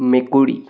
মেকুৰী